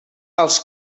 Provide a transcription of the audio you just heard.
els